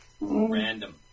Random